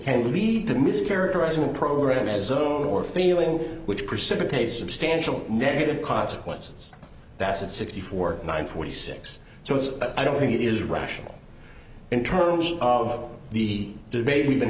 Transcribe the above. can lead to mis characterizing the program as zero or feeling which precipitate substantial negative consequences that's it sixty four nine forty six so it's i don't think it is rational in terms of the debate we've been